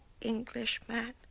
Englishman